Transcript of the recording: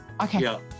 Okay